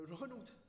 Ronald